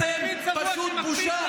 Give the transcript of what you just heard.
אתם פשוט בושה,